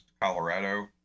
Colorado